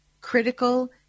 critical